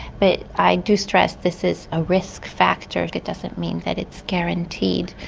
but i do stress this is a risk factor that doesn't mean that it's guaranteed.